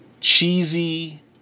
cheesy